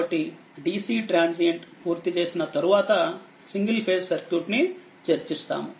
కాబట్టిDC transient పూర్తి చేసిన తరువాత సింగిల్ ఫేజ్ సర్క్యూట్ ని చర్చిస్తాము